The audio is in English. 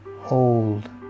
Hold